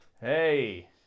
hey